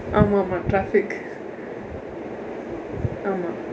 ஆமாம் ஆமாம்:aamaam aamaam traffic ஆமாம்:aamaam